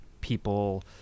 people